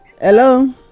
Hello